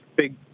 Big